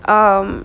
um